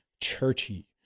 churchy